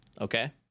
okay